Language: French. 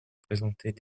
présentaient